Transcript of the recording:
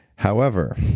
however,